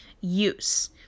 use